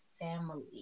family